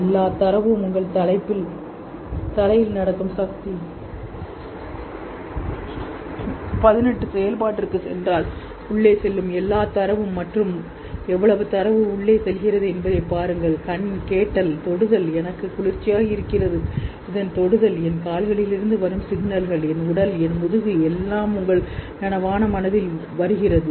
எல்லா தரவும் உங்கள் தலையில் நடக்கும் சக்தி பதினெட்டு செயல்பாட்டிற்குச் சென்றால் உள்ளே செல்லும் எல்லா தரவும் மற்றும் எவ்வளவு தரவு உள்ளே செல்கிறது என்பதைப் பாருங்கள் கண் கேட்டல் தொடுதல் எனக்கு குளிர்ச்சியாக இருக்கிறது இதன் தொடுதல் சிக்னல்கள் என் கால்களிலிருந்து வரும் என் உடல் என் முதுகு எல்லாம் உங்கள் நனவான மனதில் வருகிறது